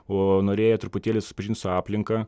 o norėjo truputėlį susipažint su aplinka